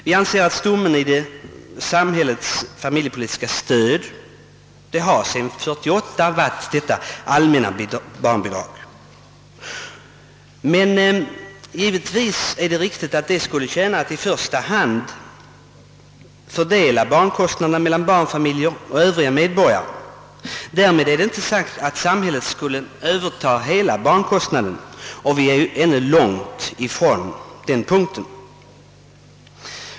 Vi anser att stommen i samhällets familjepolitik sedan 1948 har varit de allmänna barnbidragen. Men givetvis är det riktigt att de i första hand skulle tjäna till att fördela barnkostnaderna mellan barnfamiljer och övriga medborgare. Därmed är det inte sagt att samhället skulle överta hela barnkostnaden, och vi är ju ännu långt ifrån det förhållandet.